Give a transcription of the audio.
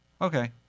okay